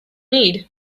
need